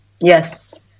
Yes